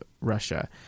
Russia